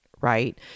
Right